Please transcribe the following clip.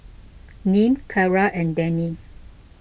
Nim Cara and Denny